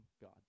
God